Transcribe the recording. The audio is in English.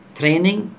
training